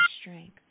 strength